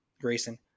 Grayson